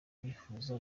bifuza